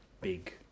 big